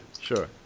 Sure